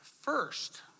first